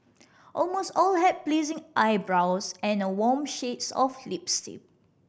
almost all had pleasing eyebrows and a warm shades of lipstick